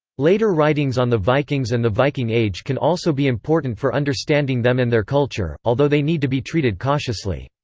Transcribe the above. later writings on the vikings and the viking age can also be important for understanding them and their culture, although they need to be treated cautiously.